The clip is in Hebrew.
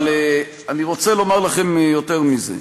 אבל אני רוצה לומר לכם יותר מזה.